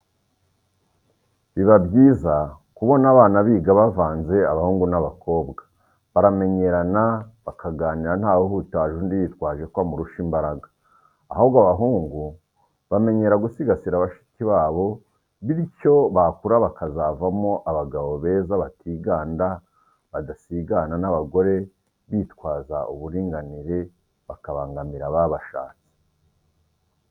Biba byiza kubona abana biga bavanze abahungu n'abakobwa, baramenyerana, bakaganira ntawe uhutaje undi yitwaje ko amurusha imbaraga, ahubwo abahungu bamenyera gusigasira bashiki babo, bityo bakura bakazavamo abagabo beza batiganda, badasigana n'abagore bitwaza uburinganire bakabangamira ababashatse.